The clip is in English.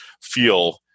feel